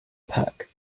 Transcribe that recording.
puck